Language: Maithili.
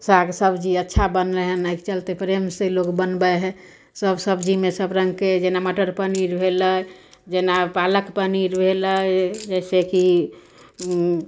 साग सब्जी अच्छा बनलै हन एहि चलते प्रेम से लोक बनबै हइ सब सब्जीमे सब रङ्गके जेना मटर पनीर भेलै जेना पालक पनीर भेलै जइसेकि